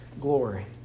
glory